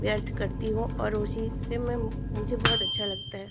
व्यर्थ करती हूँ और उसी से मैं मुझे बहुत अच्छा लगता है